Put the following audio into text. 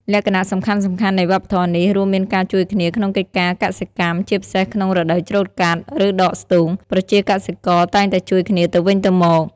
លក្ខណៈសំខាន់ៗនៃវប្បធម៌នេះរួមមានការជួយគ្នាក្នុងកិច្ចការកសិកម្ម: ជាពិសេសក្នុងរដូវច្រូតកាត់ ឬដកស្ទូង ប្រជាកសិករតែងតែជួយគ្នាទៅវិញទៅមក។